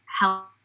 help